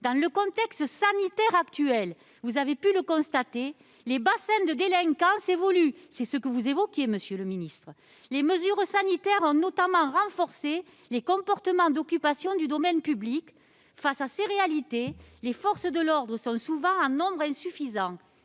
Dans le contexte sanitaire actuel, vous avez pu le constater, les bassins de délinquance évoluent- vous l'avez dit, monsieur le ministre. Les mesures sanitaires ont notamment renforcé les comportements d'occupation du domaine public. Face à ces réalités, les forces de l'ordre sont souvent en nombre insuffisant.